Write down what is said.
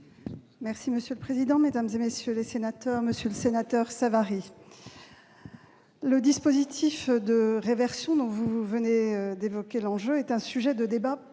et de la santé. Mesdames, messieurs les sénateurs, monsieur le sénateur Savary, le dispositif de réversion dont vous venez d'évoquer l'enjeu est un sujet de débat,